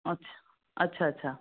अच्छा अच्छा अच्छा